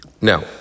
Now